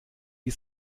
die